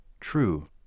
True